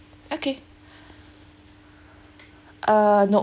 okay err nope